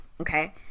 okay